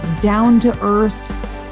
down-to-earth